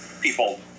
people